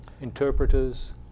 interpreters